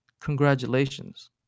congratulations